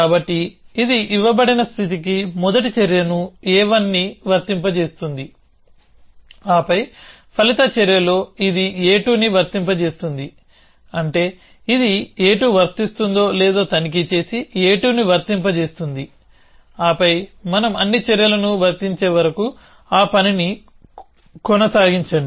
కాబట్టి ఇది ఇవ్వబడిన స్థితికి మొదటి చర్యను a1ని వర్తింపజేస్తుంది ఆపై ఫలిత చర్యలో ఇది a2ని వర్తింపజేస్తుంది అంటే ఇది a2 వర్తిస్తుందో లేదో తనిఖీ చేసి a2ని వర్తింపజేస్తుంది ఆపై మనం అన్ని చర్యలను వర్తించే వరకు ఆ పనిని కొనసాగించండి